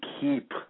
keep